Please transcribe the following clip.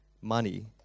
money